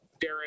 Darren